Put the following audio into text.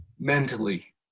mentally